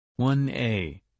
1A